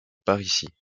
parisis